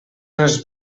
els